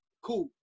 Cool